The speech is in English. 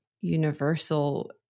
universal